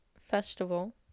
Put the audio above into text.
festival